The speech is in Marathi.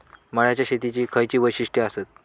मळ्याच्या शेतीची खयची वैशिष्ठ आसत?